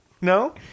no